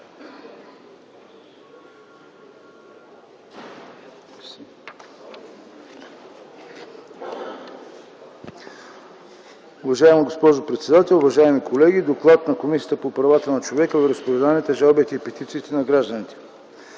Уважаема госпожо председател, уважаеми колеги! „ДОКЛАД на Комисията по правата на човека, вероизповеданията, жалбите и петициите на гражданите